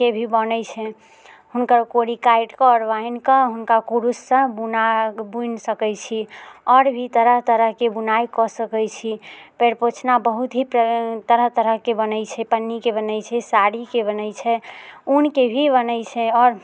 के भी बनैत छै हुनकर कोरी काटि कऽ आओर बान्हिके हुनका क्रूससँ बुना बुनि सकैत छी आओर भी तरह तरहके बुनाइ कऽ सकैत छी पैर पोछना बहुत ही तरह तरहके बनैत छै पन्नीके बनैत छै साड़ीके बनैत छै ऊनके भी बनैत छै आओर